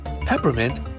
peppermint